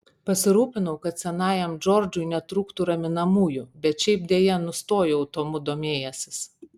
pasirūpinau kad senajam džordžui netrūktų raminamųjų bet šiaip deja nustojau tomu domėjęsis